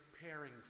preparing